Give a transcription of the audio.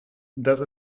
dass